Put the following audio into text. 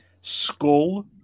Skull